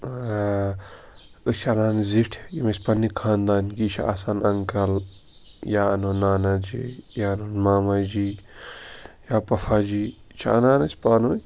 ٲں أسۍ چھِ اَنان زِٹھۍ یِم أسۍ پَننہِ خانٛدانکی چھِ آسان اَنٛکَل یا اَنہون نانا جی یا اَنہون ماما جی یا پۄپھا جی چھِ اَنان أسۍ پانہٕ وٲنۍ